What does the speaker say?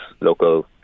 local